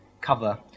cover